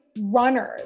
runners